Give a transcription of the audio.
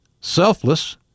selfless